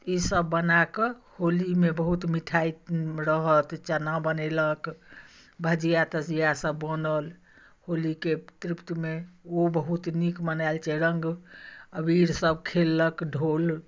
ईसभ बना कऽ होलीमे बहुत मिठाइ रहत चना बनेलक भजिया तजियासभ बनल होलीके तृप्तमे ओ बहुत नीक मनाएल छै रङ्ग अबीरसभ खेललक ढोल